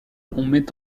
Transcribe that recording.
met